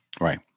Right